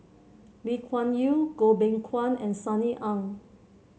Lee Kuan Yew Goh Beng Kwan and Sunny Ang